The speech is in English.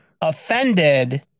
offended